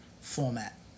format